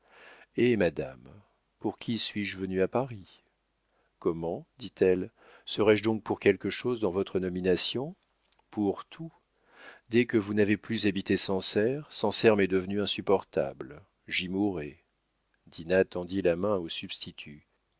eh madame pour qui suis-je venu à paris comment dit-elle serais-je donc pour quelque chose dans votre nomination pour tout dès que vous n'avez plus habité sancerre sancerre m'est devenu insupportable j'y mourais dinah tendit la main au